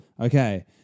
Okay